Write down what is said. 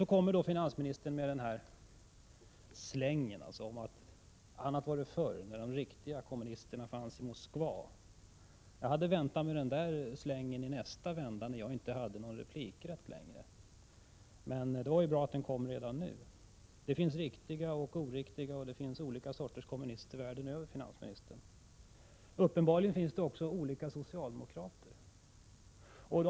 Då kommer finansministern med den här slängen om att det var annat förr när de riktiga kommunisterna fanns i Moskva. Jag hade väntat mig den slängen i nästa vända, när jag inte längre hade någon replikrätt. Men det var bra att den kom redan nu. Det finns riktiga, oriktiga och olika sorters kommunister världen över, finansministern. Uppenbarligen finns det också olika socialdemokrater.